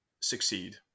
succeed